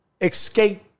escape